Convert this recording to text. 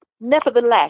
nevertheless